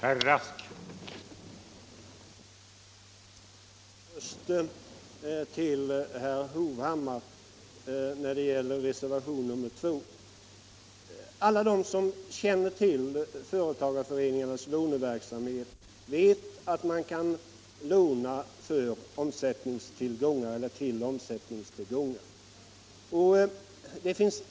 Herr talman! Jag vill först vända mig till herr Hovhammar och säga några ord om reservationen 2. Alla som känner till företagareföreningarnas låneverksamhet vet att man kan låna till omsättningstillgångar.